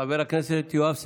חבר הכנסת יואב סגלוביץ',